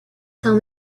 tell